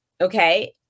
okay